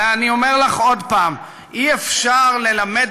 ואני אומר לך עוד פעם: אי-אפשר ללמד